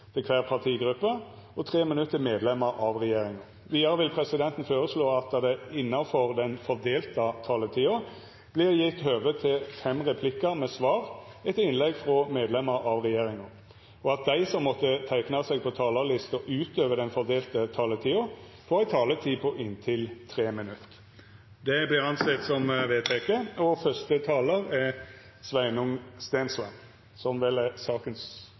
kvar partigruppe og 3 minutt til medlemer av regjeringa. Vidare vil presidenten føreslå at det – innanfor den fordelte taletida – vert gitt høve til replikkordskifte på inntil fem replikkar med svar etter innlegg frå medlemer av regjeringa, og at dei som måtte teikna seg på talarlista utover den fordelte taletida, får ei taletid på inntil 3 minutt. – Det er vedteke. Legevakten er en svært viktig tjeneste, og